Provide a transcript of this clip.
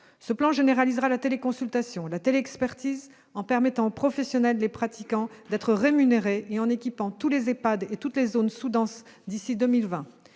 Ce plan généralisera la téléconsultation et la télé-expertise, en permettant aux professionnels les pratiquant d'être rémunérés et en équipant tous les EHPAD et toutes les zones sous-denses d'ici à 2020.